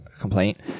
complaint